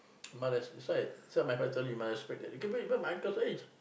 but that's that's why some of my friends tell me my su~ you can be even my uncle's age